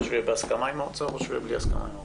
או שיהיה בהסכמה עם האוצר או שיהיה בלי הסכמה עם האוצר.